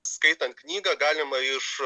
skaitant knygą galima iš